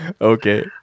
Okay